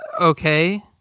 Okay